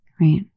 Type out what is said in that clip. right